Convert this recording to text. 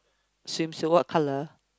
swimsuit what colour